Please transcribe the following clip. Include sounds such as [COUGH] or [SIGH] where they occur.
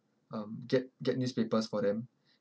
um get get newspapers for them [BREATH]